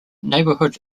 neighbourhood